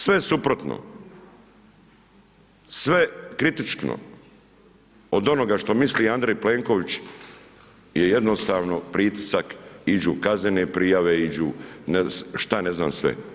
Sve suprotno, sve kritično od onoga što misli Andrej Plenković je jednostavno pritisak, iđu kaznene prijave, iđu šta ne znam sve.